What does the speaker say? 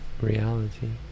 reality